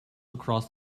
across